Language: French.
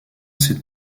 cette